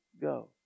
go